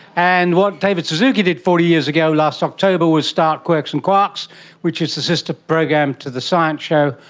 and what david suzuki did forty years ago last october was start quirks and quarks which is the sister program to the science show.